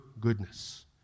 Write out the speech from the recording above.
goodness